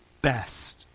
best